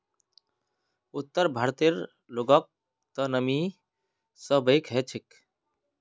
उत्तर भारतेर लोगक त नमी सहबइ ह छेक